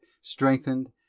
strengthened